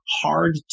hard